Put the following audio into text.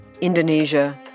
Indonesia